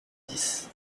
dix